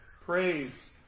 Praise